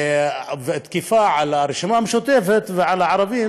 והתקיפה על הרשימה המשותפת ועל הערבים,